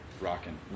rocking